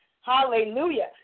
Hallelujah